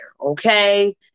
okay